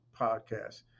podcast